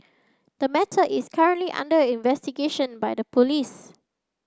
the matter is currently under investigation by the police